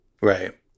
Right